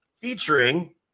featuring